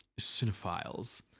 cinephiles